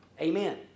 Amen